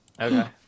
Okay